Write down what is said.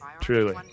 truly